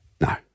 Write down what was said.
No